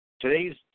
Today's